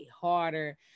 harder